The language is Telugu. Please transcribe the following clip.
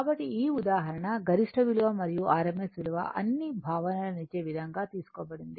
కాబట్టి ఈ ఉదాహరణ గరిష్ట విలువ మరియు rms విలువ అన్ని భావనలనిచ్చే విధంగా తీసుకోబడింది